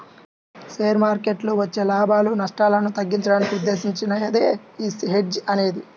share మార్కెట్టులో వచ్చే లాభాలు, నష్టాలను తగ్గించడానికి ఉద్దేశించినదే యీ హెడ్జ్ అనేది